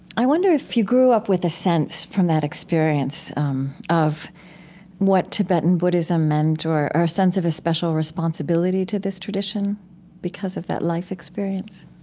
i wonder if you grew up with a sense from that experience of what tibetan buddhism meant or or a sense of a special responsibility to this tradition because of that life experience?